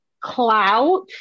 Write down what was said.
clout